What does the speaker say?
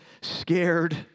scared